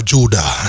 Judah